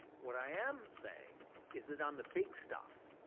what i am saying is that on the big stuff,